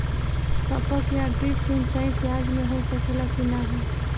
टपक या ड्रिप सिंचाई प्याज में हो सकेला की नाही?